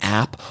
app